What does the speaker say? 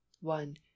one